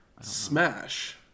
Smash